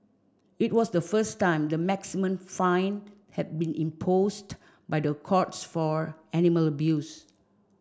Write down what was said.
it was the first time the maximum fine had been imposed by the courts for animal abuse